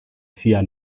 sia